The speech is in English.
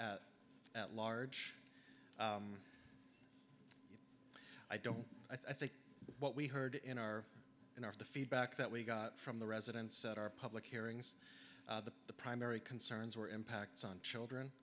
at large i don't i think what we heard in our in our the feedback that we got from the residents at our public hearings the the primary concerns were impacts on children